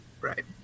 Right